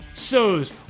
sews